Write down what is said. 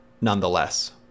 nonetheless